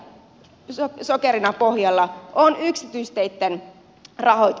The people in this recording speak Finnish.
ja vielä sokerina pohjalla on yksityisteitten rahoitus